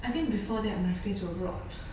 I think before that my face will rot